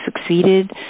succeeded